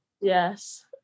Yes